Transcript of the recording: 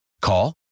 Call